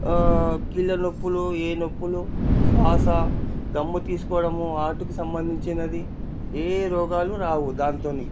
కీళ్ళ నొప్పులు ఈ నొప్పులు శ్వాస దమ్ము తీసుకోవడము హార్ట్కు సంబందించినది ఏ రోగాలు రావు దానితో